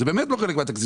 זה באמת לא חלק מהתקציב,